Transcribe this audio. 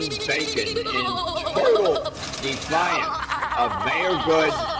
bacon, in total defiance of mayor good